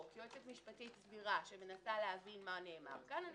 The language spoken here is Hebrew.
יועצת משפטית סבירה שמנסה להבין מה נאמר כאן ביום שאחרי העברת החוק,